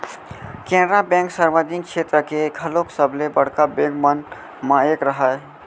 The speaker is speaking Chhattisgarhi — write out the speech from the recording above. केनरा बेंक सार्वजनिक छेत्र के घलोक सबले बड़का बेंक मन म एक हरय